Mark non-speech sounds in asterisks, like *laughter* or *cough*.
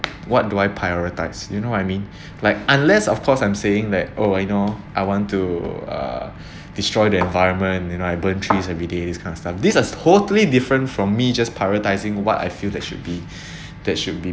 what do I prioritise you know what I mean *breath* like unless of course I'm saying that oh I know I want to uh *breath* destroy the environment you know I burned trees every day this kind of stuff this was totally different from me just prioritising what I feel that should be *breath* that should be